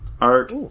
art